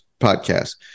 podcast